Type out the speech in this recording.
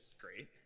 great